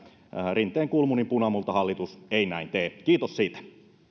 rinteen kulmunin punamultahallitus ei näin tee kiitos siitä